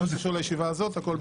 מה שקשור לישיבה הזאת, הכול בסדר.